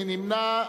מי נמנע?